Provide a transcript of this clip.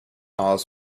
cars